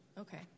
Okay